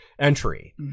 entry